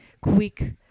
quick